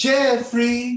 Jeffrey